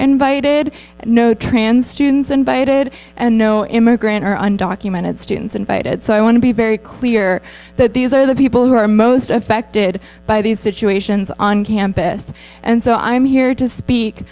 invited no trans students invited and no immigrant or undocumented students invited so i want to be very clear that these are the people who are most affected by these situations on campus and so i'm here to